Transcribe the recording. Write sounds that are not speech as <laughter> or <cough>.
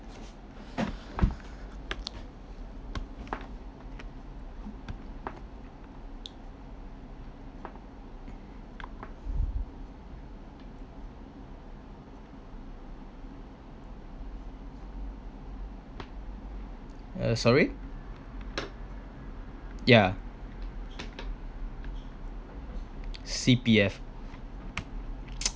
uh sorry yeah C_P_F <noise>